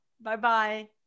Bye-bye